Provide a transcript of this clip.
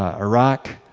ah iraq,